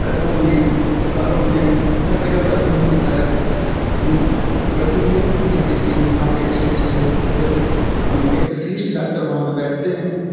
कस्बों में शहरों में हर जगह प्राथमिक चिकित्सालय रखी हुई है जिससे की वहाँ पे अच्छे अच्छे स्पेसलिस्ट डाक्टर वहाँ पे बैठते हैं